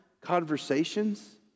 conversations